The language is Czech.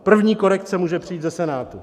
První korekce může přijít ze Senátu.